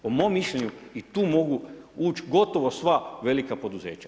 Po mom mišljenju i tu mogu uči gotovo sva velika poduzeća.